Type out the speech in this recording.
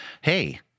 Hey